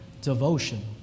devotion